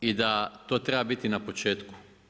I da to treba biti na početku.